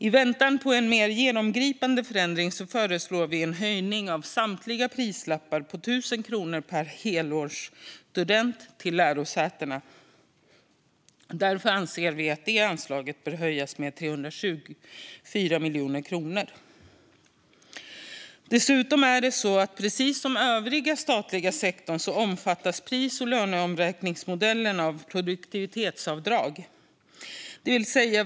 I väntan på en mer genomgripande förändring föreslår vi en höjning av samtliga prislappar med 1 000 kronor per helårsstudent till lärosätena. Därför anser vi att det anslaget bör höjas med 324 miljoner kronor. Dessutom är det så att precis som för den övriga statliga sektorn omfattas pris och löneomräkningsmodellen av produktivitetsavdrag.